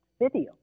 video